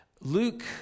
Luke